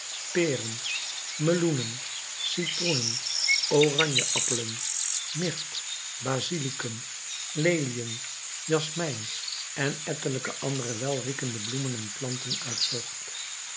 peren meloenen citroenen oranjeappelen mirt basilikum leliën jasmijn en ettelijke andere welriekende bloemen en planten uitzocht